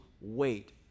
wait